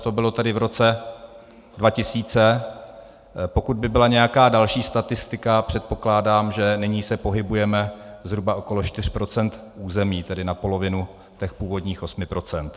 To bylo tedy v roce 2000 pokud by byla nějaká další statistika, předpokládám, že nyní se pohybujeme zhruba okolo 4 % území, tedy na polovinu těch původních 8 %.